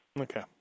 Okay